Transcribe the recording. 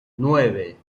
nueve